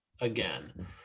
again